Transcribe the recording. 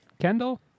Kendall